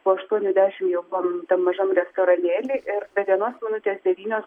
po aštuonių dešim jau buvom tam mažam restoranėly be vienos minutės devynios